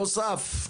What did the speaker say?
נוסף.